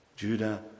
Judah